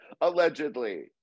Allegedly